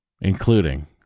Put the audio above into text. including